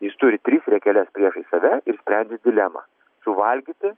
jis turi tris riekeles priešais save ir sprendžia dilemą suvalgyti